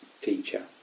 teacher